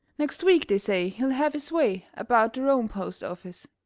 next week, they say, he'll have his way about the rome postoffice.